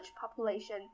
population